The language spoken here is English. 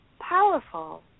powerful